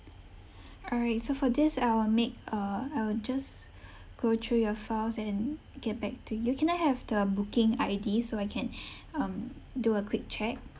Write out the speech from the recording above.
all right so for this I will make a I will just go through your files and get back to you can I have the booking I_D so I can um do a quick check